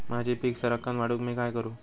माझी पीक सराक्कन वाढूक मी काय करू?